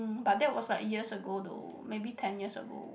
but that was like years ago though maybe ten years ago